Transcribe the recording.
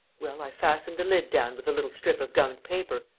well, i fastened the lid down with a little strip of gummed paper.